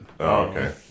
Okay